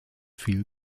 viel